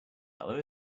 colour